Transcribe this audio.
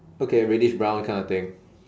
okay reddish brown kind of thing